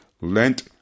Lent